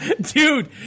Dude